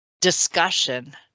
discussion